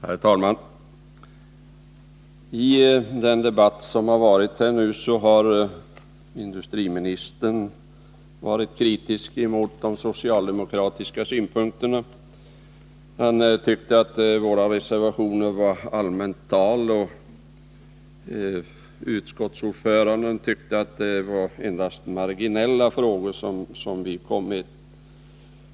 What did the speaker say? Herr talman! Industriministern har i debatten varit kritisk mot de socialdemokratiska synpunkterna. Han tyckte att våra reservationer präglas av allmänt tal. Utskottsordföranden, för sin del, tyckte att vi tagit upp endast marginella frågor.